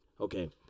okay